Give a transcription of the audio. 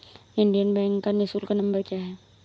Indian Bank का निःशुल्क number क्या है?